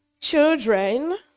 children